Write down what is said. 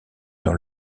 dans